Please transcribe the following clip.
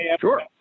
Sure